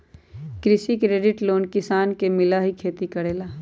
कृषि credit loan किसान के मिलहई खेती करेला?